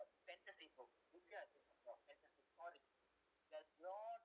fantastic book that you all